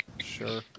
sure